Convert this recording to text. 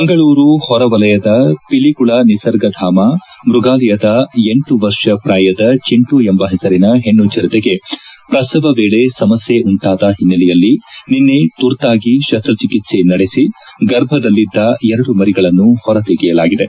ಮಂಗಳೂರು ಹೊರವಲಯದ ಪಲಿಕುಳ ನಿಸರ್ಗಧಾಮ ಮೃಗಾಲಯದ ಎಂಟು ವರ್ಷ ಪ್ರಾಯದ ಚಿಂಟು ಎಂಬ ಹೆಸರಿನ ಹೆಣ್ಣು ಚಿರತೆಗೆ ಪ್ರಸವ ವೇಳೆ ಸಮಸ್ನೆ ಉಂಟಾದ ಹಿನ್ನೆಲೆಯಲ್ಲಿ ನಿನ್ನೆ ತುರ್ತಾಗಿ ಶಸ್ತ ಚಿಕಿತ್ತೆ ನಡೆಸಿ ಗರ್ಭದಲ್ಲಿದ್ದ ಎರಡು ಮರಿಗಳನ್ನು ಹೊರತೆಗೆಯಲಾಗಿದೆ